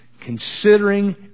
considering